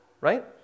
right